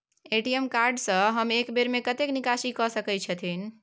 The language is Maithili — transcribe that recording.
ए.टी.एम कार्ड से हम एक बेर में कतेक निकासी कय सके छथिन?